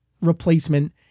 replacement